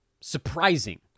surprising